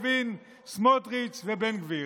לוין, סמוטריץ' ובן גביר?